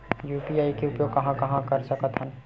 UPI के उपयोग कहां कहा कर सकत हन?